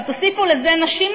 תוסיפו לזה שנשים,